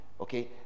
Okay